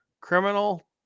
Criminal